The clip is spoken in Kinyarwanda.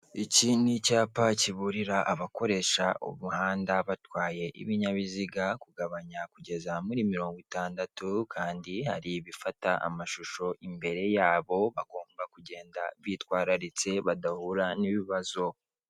Iki ni icyapa kiburira abakoresha umuhanda batwaye ibinyabiziga kugabanya kugeza muri mirongo itandatu; kandi hari ibifata amashusho imbere yabo, bagomba kugenda bitwararitse badahura n'ibibazo.